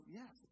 yes